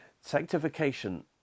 Sanctification